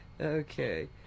Okay